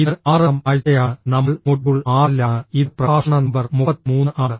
ഇത് 6 ാം ആഴ്ചയാണ് നമ്മൾ മൊഡ്യൂൾ 6 ലാണ് ഇത് പ്രഭാഷണ നമ്പർ 33 ആണ്